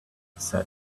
said